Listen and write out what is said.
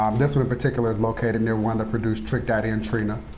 um this one in particular is located near one that produced trick daddy and trina,